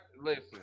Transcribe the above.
Listen